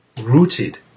rooted